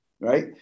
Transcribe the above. right